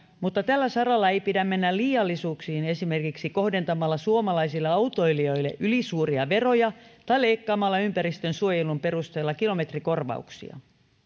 mutta tällä saralla ei pidä mennä liiallisuuksiin esimerkiksi kohdentamalla suomalaisille autoilijoille ylisuuria veroja tai leikkaamalla ympäristönsuojelun perusteella kilometrikorvauksia